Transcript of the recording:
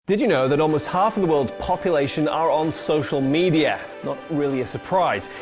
did you know that almost half the world's population are on social media? not really a surprise!